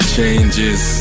Changes